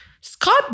Scott